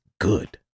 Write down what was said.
good